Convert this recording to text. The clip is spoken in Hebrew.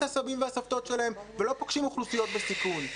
הסבים והסבתות שלהם ולא פוגשים אוכלוסיות בסיכון.